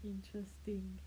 interesting